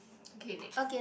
okay next